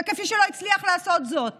וכפי שלא הצליחו לעשות זאת